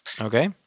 Okay